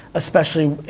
especially,